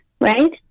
right